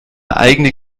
eigene